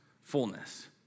fullness